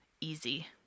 easy